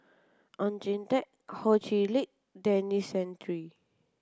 Oon Jin Teik Ho Chee Lick Denis Santry